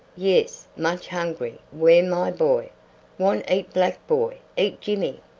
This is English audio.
yes, much hungry, where my boy want eat black boy eat jimmy!